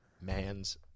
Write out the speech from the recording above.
Man's